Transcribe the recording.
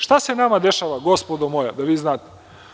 Šta se nama dešava, gospodo moja, da vi znate.